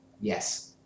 Yes